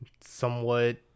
somewhat